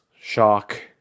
shock